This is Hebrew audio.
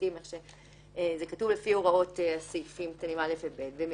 שירותים לפי הוראות סעיפים קטנים (א) ו-(ב) וכן,